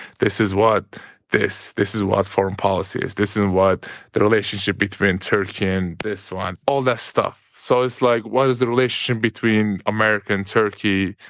this is what this. this is what foreign policy is. this is what the relationship between turkey and this one. all that stuff. so it's like, what is the relationship between america and turkey?